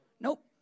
Nope